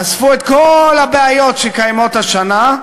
אספו את כל הבעיות שקיימות השנה,